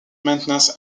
maintenance